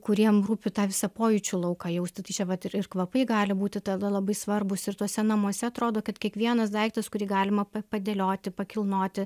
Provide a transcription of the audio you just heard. kuriem rūpi tą visą pojūčių lauką jausti tai čia vat ir ir kvapai gali būti tada labai svarbūs ir tuose namuose atrodo kad kiekvienas daiktas kurį galima pa padėlioti pakilnoti